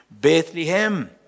Bethlehem